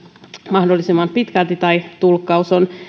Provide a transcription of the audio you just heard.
mahdollisimman pitkälti tai että tulkkaus on